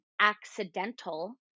accidental